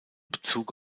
bezug